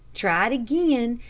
tried again,